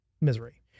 misery